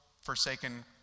forsaken